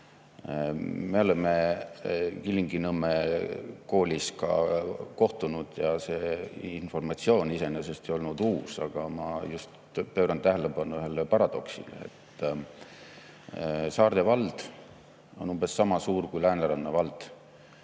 Me oleme Kilingi-Nõmme koolis ka kohtunud ja see informatsioon iseenesest ei olnud uus, aga ma pööran tähelepanu ühele paradoksile. Saarde vald on umbes sama suur kui Lääneranna vald.